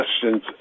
questions